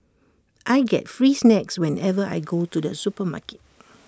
I get free snacks whenever I go to the supermarket